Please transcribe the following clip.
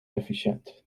efficiënt